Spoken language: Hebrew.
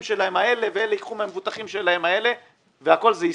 שלהם האלה ואלה ייקחו מהמבוטחים שלהם והכול זה ישראבלופ.